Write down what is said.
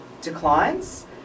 declines